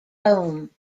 home